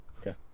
Okay